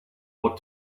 what